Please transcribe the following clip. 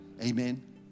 Amen